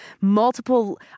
multiple